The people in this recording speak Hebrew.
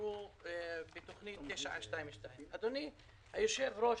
שנשארו בתוכנית 922. אדוני היושב-ראש,